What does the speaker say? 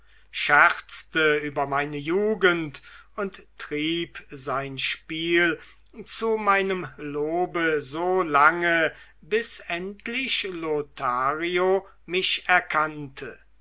scherzte über meine jugend und trieb sein spiel zu meinem lobe so lange bis endlich lothario mich erkannte